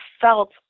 felt